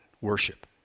worship